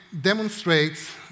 demonstrates